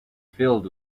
filled